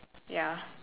ya